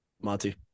Monty